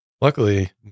luckily